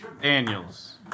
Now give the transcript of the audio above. Daniels